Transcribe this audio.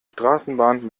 straßenbahn